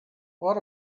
what